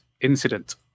incident